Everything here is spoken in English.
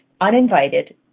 uninvited